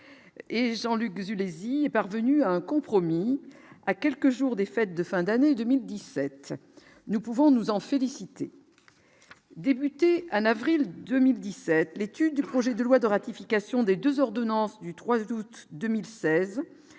et Jean-Luc Jules les il est parvenu à un compromis, à quelques jours des fêtes de fin d'année 2017, nous pouvons nous en féliciter, débuté en avril 2017 l'étude du projet de loi de ratification des 2 ordonnances du 3 août 2016